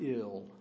ill